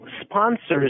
sponsors